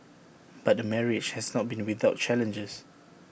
but the marriage has not been without challenges